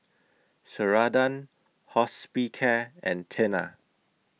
Ceradan Hospicare and Tena